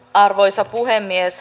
arvoisa puhemies